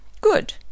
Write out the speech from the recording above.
Good